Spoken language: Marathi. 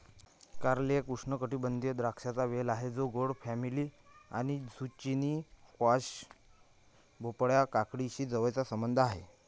कारले एक उष्णकटिबंधीय द्राक्षांचा वेल आहे जो गोड फॅमिली आणि झुचिनी, स्क्वॅश, भोपळा, काकडीशी जवळचा संबंध आहे